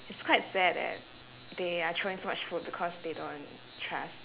it's quite sad that they are throwing so much food because they don't trust